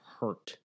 hurt